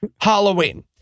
Halloween